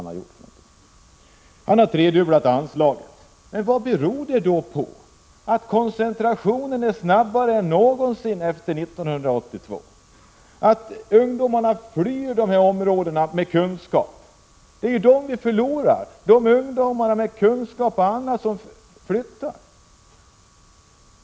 Han har t.ex. tredubblat anslagen. Vad beror det då på att koncentrationen är snabbare än någonsin efter 1982 och att ungdomarna med kunskap flyr de här områdena? Det är ju dem vi förlorar, det är de som flyttar.